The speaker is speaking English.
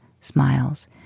smiles